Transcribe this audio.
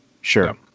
sure